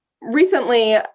Recently